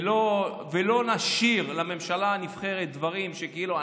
ולא נשאיר לממשלה הנבחרת דברים כאילו,